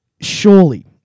surely